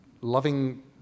loving